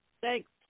Thanks